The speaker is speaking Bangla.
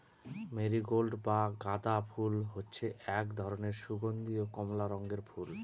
মেরিগোল্ড বা গাঁদা ফুল হচ্ছে এক ধরনের সুগন্ধীয় কমলা রঙের ফুল